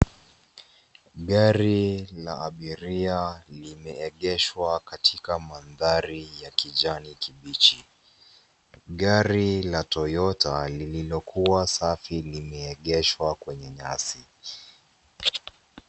Gari la abiria limeegeshwa katika madhari ya kijani kibichi, gari la toyota lililokua safi limeegeshwa kwenye nyasi.